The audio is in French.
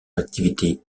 activité